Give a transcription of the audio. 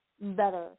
better